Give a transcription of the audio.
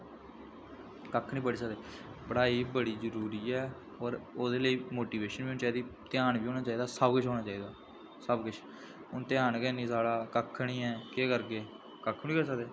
कक्ख निं पढ़ी सकदे पढ़ाई बड़ी जरूरी ऐ होर ओह्दे लेई मोटिवेशन होनी चाहिदी ध्यान बी होना चाहिदा सब किश होना चाहिदा सब किश हून ध्यान गै निं साढ़ा कक्ख निं ऐ केह् करी सकदे कक्ख बी निं करी सकदे